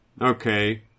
Okay